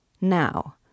Now